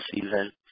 season